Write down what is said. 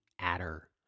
adder